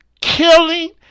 killing